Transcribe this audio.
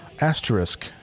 asterisk